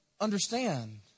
understand